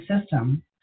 system